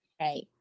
Right